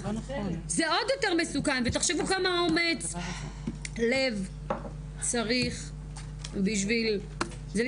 תחשבו כמה אומץ לב צריך בשביל זה.